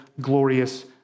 glorious